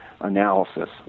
analysis